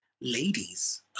ladies